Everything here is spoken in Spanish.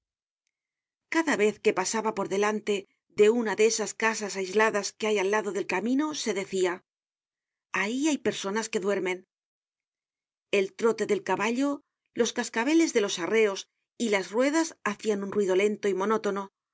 cada vez que pasaba por delante de una de esas casas aisladas que hay al lado del camino se decia ahí hay personas que duermen el trote del caballo los cascabeles de los arreos y las ruedas hacian un ruido lento y monótono